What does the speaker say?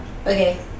okay